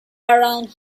around